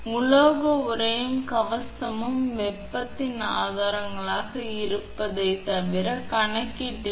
எனவே அந்த உலோக உறையும் கவசமும் வெப்பத்தின் ஆதாரங்களாக இருப்பதைத் தவிர கணக்கீட்டில் விட்டுவிடலாம்